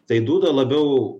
tai dūda labiau